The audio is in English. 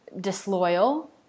disloyal